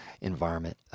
environment